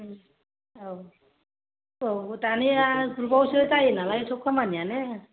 औ औ दानिया ग्रुपआवसो जायो नालाय सब खामानियानो